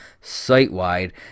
site-wide